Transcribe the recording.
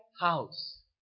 house